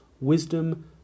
Wisdom